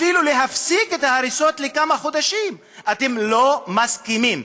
אפילו להפסיק את ההריסות לכמה חודשים אתם לא מסכימים.